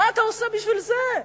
מה אתה עושה בשביל זה?